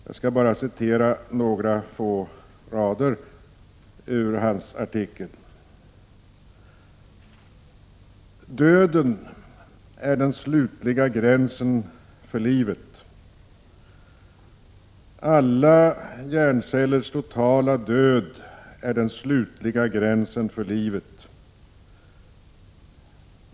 Jag skall bara citera några få rader ur hans artikel: ”-—- alla hjärncellernas totala död är den slutliga gränsen för livet.